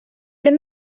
blir